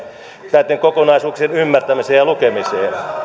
näitten kokonaisuuksien ymmärtämiseen ja lukemiseen